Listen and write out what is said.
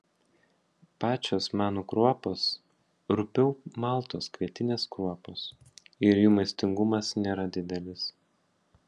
pačios manų kruopos rupiau maltos kvietinės kruopos ir jų maistingumas nėra didelis